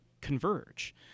converge